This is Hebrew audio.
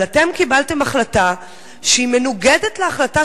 אבל אתם קיבלתם החלטה שהיא מנוגדת להחלטה